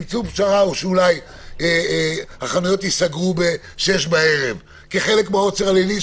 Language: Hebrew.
או אולי הן ייסגרו ב-18:00 כחלק מהעוצר הלילי,